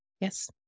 Yes